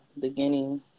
beginning